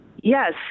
Yes